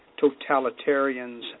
totalitarians